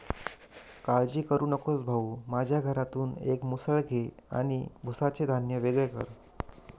काळजी करू नकोस भाऊ, माझ्या घरातून एक मुसळ घे आणि भुसाचे धान्य वेगळे कर